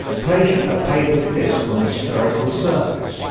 place a paper disc on the spherical surface,